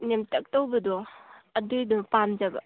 ꯅꯦꯝꯇꯛ ꯇꯧꯕꯗꯣ ꯑꯗꯨꯗꯨ ꯄꯥꯝꯖꯕ